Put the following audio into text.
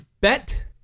bet